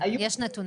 יש נתונים.